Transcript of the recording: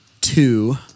two